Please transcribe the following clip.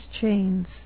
chains